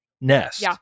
nest